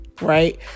right